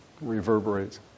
reverberates